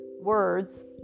words